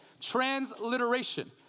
Transliteration